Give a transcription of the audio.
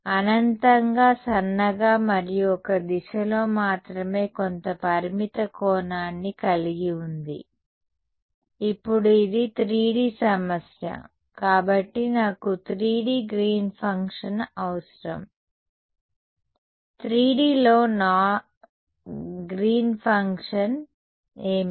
అనంతంగా సన్నగా మరియు ఒక దిశలో మాత్రమే కొంత పరిమిత కోణాన్ని కలిగి ఉంది ఇప్పుడు ఇది 3D సమస్య కాబట్టి నాకు 3D గ్రీన్ ఫంక్షన్ అవసరం కాబట్టి 3D లో నా గ్రీన్ ఫంక్షన్ ఏమిటి మీకు గుర్తుంది